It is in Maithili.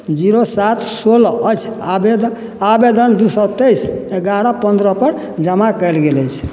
जीरो सात शून्य अछि आबेदक आबेदन दू सए तेइस एगारह पन्द्रह पर जमा कएल गेल अछि